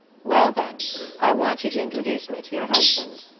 well, then i want you to introduce me to your husband.